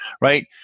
right